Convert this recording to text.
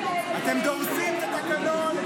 אתם דורסים את התקנון,